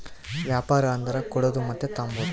ವ್ಯಾಪಾರ ಅಂದರ ಕೊಡೋದು ಮತ್ತೆ ತಾಂಬದು